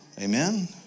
Amen